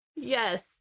Yes